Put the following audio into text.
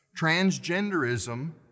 Transgenderism